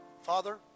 Father